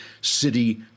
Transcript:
City